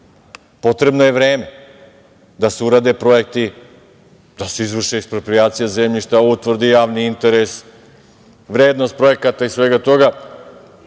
Potrebno je vreme da se urade projekti, da se izvrši eksproprijacija zemljišta, utvrdi javni interes, vrednost projekata i svega toga.